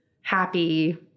happy